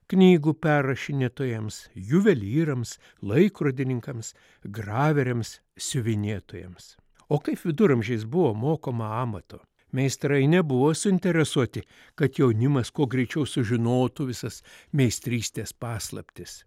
knygų perrašinėtojams juvelyrams laikrodininkams graveriams siuvinėtojams o kaip viduramžiais buvo mokoma amato meistrai nebuvo suinteresuoti kad jaunimas kuo greičiau sužinotų visas meistrystės paslaptis